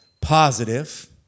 positive